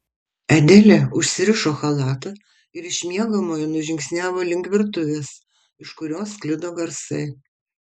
adelė užsirišo chalatą ir iš miegamojo nužingsniavo link virtuvės iš kurios sklido garsai